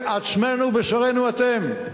עצמנו ובשרנו אתם.